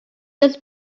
this